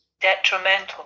detrimental